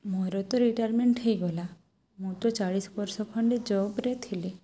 ମୋର ତ ରିଟାଏରମେଣ୍ଟ ହେଇଗଲା ମୁଁ ତ ଚାଳିଶି ବର୍ଷ ଖଣ୍ଡେ ଜବ୍ରେ ଥିଲି